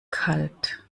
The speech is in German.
kalt